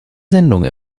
sendung